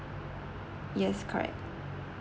yes correct